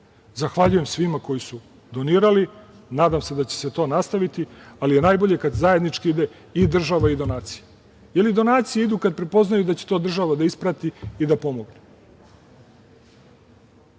Zahvaljujem svima koji su donirali, nadam se da će se to nastaviti, ali je najbolje kad zajednički ide i država i donacija ili donacije idu kad prepoznaju da će to država da isprati i da